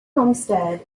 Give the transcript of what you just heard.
homestead